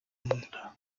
monde